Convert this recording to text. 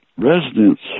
Residents